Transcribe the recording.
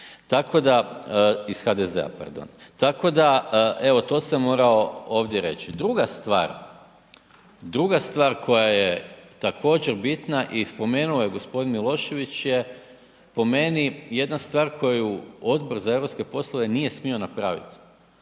tako da, iz HDZ-a pardon, tako da evo to sam morao ovdje reći. Druga stvar, druga stvar koja je također bitna i spomenuo ju je g. Milošević je po meni jedna stvar koju Odbor za europske poslove nije smio napravit,